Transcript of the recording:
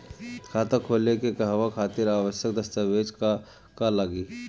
खाता खोले के कहवा खातिर आवश्यक दस्तावेज का का लगी?